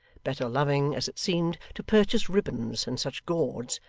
better loving, as it seemed, to purchase ribbons and such gauds,